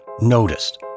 noticed